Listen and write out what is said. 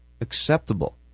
acceptable